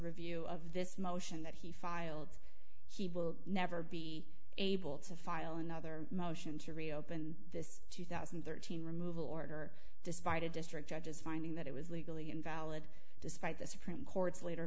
review of this motion that he filed he will never be able to file another motion to reopen this two thousand and thirteen removal order despite a district judges finding that it was legally invalid despite the supreme court's later